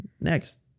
Next